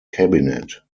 cabinet